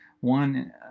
One